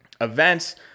events